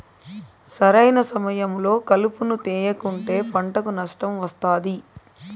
సరైన సమయంలో కలుపును తేయకుంటే పంటకు నష్టం వస్తాది